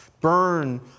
burn